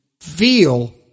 feel